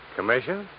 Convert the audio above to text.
Commission